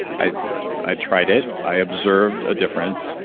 i i tried it. i observed a difference.